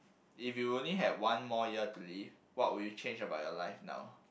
if you only had one more year to live what would you change about your life now